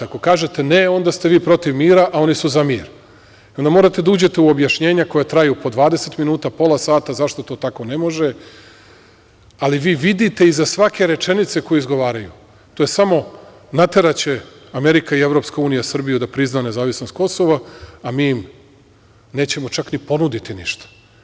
Ako kažete ne, onda ste vi protiv mira, a oni su za mir i onda morate da uđete u objašnjenja koja traju po 20 minuta, pola sata, zašto to tako ne može, ali vi vidite iza svake rečenice koje izgovaraju, to je samo, nateraće Amerika i EU Srbiju da prizna nezavisnost Kosova, a mi im nećemo čak ni ponuditi ništa.